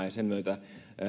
ja sen myötä